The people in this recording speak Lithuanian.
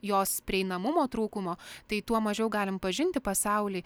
jos prieinamumo trūkumo tai tuo mažiau galim pažinti pasaulį